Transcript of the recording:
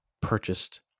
purchased